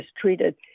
treated